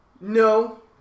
No